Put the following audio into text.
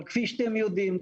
אבל כפי שאתם יודעים,